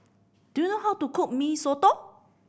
do you know how to cook Mee Soto